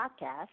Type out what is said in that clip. podcast